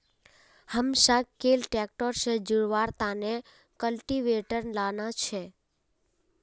हमसाक कैल ट्रैक्टर से जोड़वार तने कल्टीवेटर लाना छे